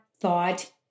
thought